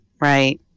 right